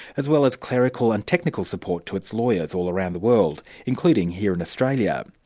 as well as clerical and technical support to its lawyers all around the world, including here in australia.